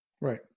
Right